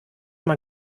mal